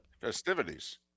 Festivities